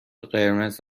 قرمز